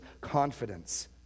confidence